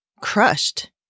crushed